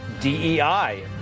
DEI